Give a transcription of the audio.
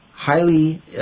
highly